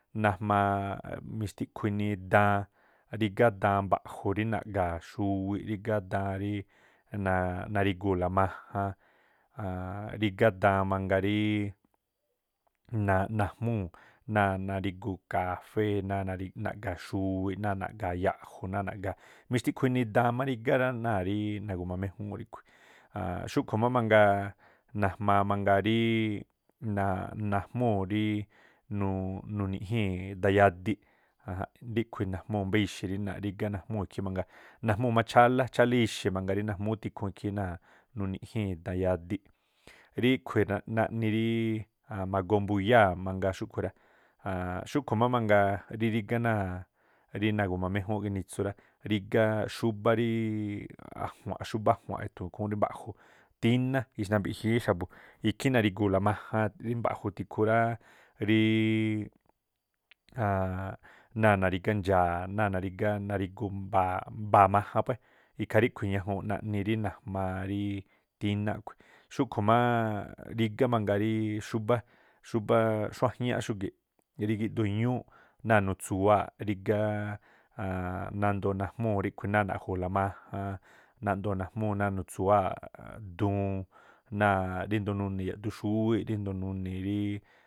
Najmaa mixtikhuu inii daan, rigá daan mba̱ꞌju̱ rí naꞌga̱a̱ xuwiꞌ, rígá daan rí narígu̱u̱la majan, rígá daan mangaa rííꞌ najmúu̱ náa̱ nari̱gu kafée̱, náa̱ naꞌga̱a̱ xuwiꞌ, náa̱ naꞌga̱a̱ ya̱ꞌju̱, náa̱ naꞌga̱a̱ mixtiꞌkhuu inii daan má rígá rá náa̱ rí nagu̱ma méjúúnꞌ ríꞌkhui̱, xúꞌkhu̱ má mangaa najmaa mangaa rííꞌ nuni̱ꞌjii̱n dayadiꞌ, ajanꞌ ríꞌkhui̱ najmúu̱ mbá ixi̱ rí rígá ikhí mangaa, najmúu̱ má chálá, chálá ixi̱ najmúu̱ mangaa rí najmúú tikhuun ikhí náa̱ nuni̱ꞌjii̱n dayadiꞌ. Ríꞌkhui̱ naꞌni ríí ma̱goo mbuyáa̱ mangaa xúꞌkhu̱ rá. Xúꞌkhu̱ má mangaa rí nagu̱ma méjúúnꞌ ginitsu rá, rígá xúbá ríiꞌ a̱jua̱nꞌ xúbá a̱jua̱nꞌ ethu̱u̱n ikhúún rí mba̱ꞌju̱, tiná ixnambiꞌjíí xa̱bu̱ ikhí nari̱gu̱u̱la majan rí mba̱ꞌju̱ tikhu ráá ríí náa̱ narígá ndxa̱a̱, náa̱ narígá, narigu̱ mbaaꞌ, mbaa̱ majan puée̱ ikhaa ríꞌkhui̱ ñajuunꞌ naꞌni rí najmaa ríí tíná a̱ꞌkhui̱. Xúꞌkhu̱ mááꞌ rigá mangaa ríí xúbá, xúbá xuájñáꞌ xúgi̱ꞌ rí gíꞌdoo iñúúꞌ náa̱ nutsuwáa̱ꞌ rígáá nandoo̱ najmúu̱ ríꞌkhu̱ náa̱ naꞌju̱u̱la majan, nandoo̱ najmúu̱ ná̱a nutsuwáa̱ꞌ duun, ríndo̱o nuni̱ yaꞌdu xúwíꞌ, ríndo̱o nuni̱ ríí.